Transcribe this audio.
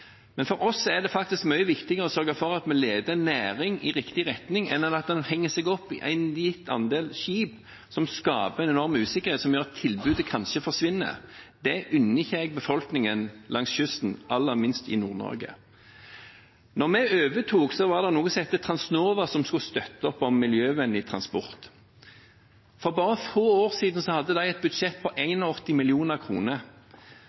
Men for oss er det mye viktigere å sørge for at vi leder en næring i riktig retning, enn at en henger seg opp i en gitt andel skip, noe som skaper en enorm usikkerhet, og som gjør at tilbudet kanskje forsvinner. Det unner jeg ikke befolkningen langs kysten – aller minst befolkningen i Nord-Norge. Da vi overtok, var det noe som het Transnova, som skulle støtte opp om miljøvennlig transport. For bare få år siden hadde de et budsjett på